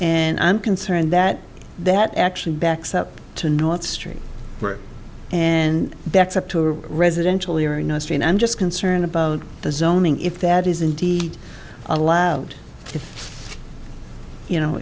and i'm concerned that that actually backs up to north stream and that's up to our residentially or no strain i'm just concerned about the zoning if that is indeed allowed if you know